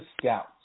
scouts